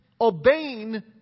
obeying